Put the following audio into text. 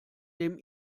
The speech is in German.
dem